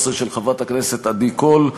2013, של חברת הכנסת עדי קול,